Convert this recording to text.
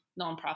nonprofit